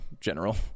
general